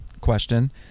Question